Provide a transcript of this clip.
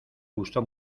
gustó